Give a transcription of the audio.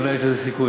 אולי יש לזה סיכוי,